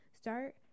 Start